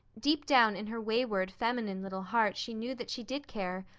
deep down in her wayward, feminine little heart she knew that she did care,